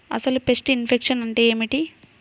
అసలు pest infection అంటే ఏమిటి?